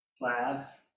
laugh